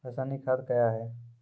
रसायनिक खाद कया हैं?